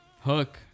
Hook